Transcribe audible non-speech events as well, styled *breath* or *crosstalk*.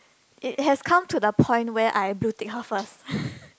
it has come to the point where I blue tick her first *breath*